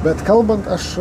bet kalbant aš